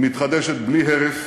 היא מתחדשת בלי הרף,